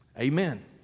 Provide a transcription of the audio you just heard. Amen